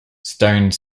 stone